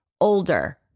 older